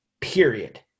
period